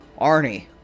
Arnie